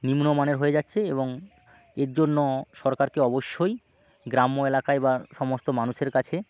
নিম্নমানের হয়ে যাচ্ছে এবং এর জন্য সরকারকে অবশ্যই গ্রাম্য এলাকায় বা সমস্ত মানুষের কাছে